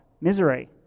Misery